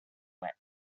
whip